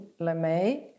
LeMay